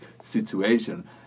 situation